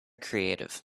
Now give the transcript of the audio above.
creative